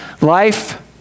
life